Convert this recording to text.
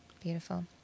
Beautiful